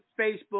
Facebook